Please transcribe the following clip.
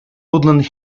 woodland